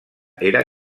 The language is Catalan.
era